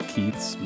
Keith's